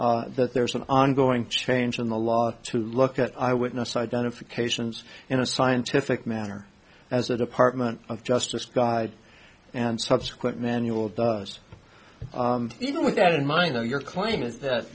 that there is an ongoing change in the law to look at eyewitness identifications in a scientific manner as a department of justice guide and subsequent manual does even with that in mind though you're claiming th